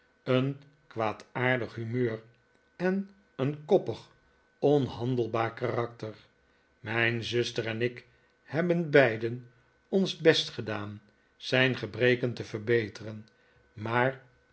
een kwaadaardig humeur en een koppig onhandelbaar karakter mijn zuster en ik hebben beiden ons best gedaan zijn gebreken te verbetefen maar